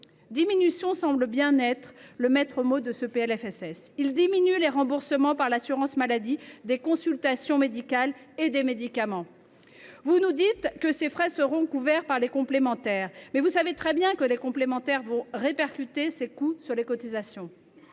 financement de la sécurité sociale pour 2025. Ce texte diminue les remboursements par l’assurance maladie des consultations médicales et des médicaments. Vous nous dites que ces frais seront couverts par les complémentaires, mais vous savez très bien que les complémentaires vont répercuter ces coûts sur les cotisations.